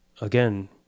Again